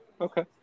Okay